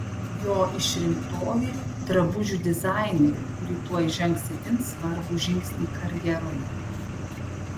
jo išrinktoji drabužių dizainerė kuri tuoj žengs itin svarbų žingsnį karjeroje